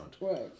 Right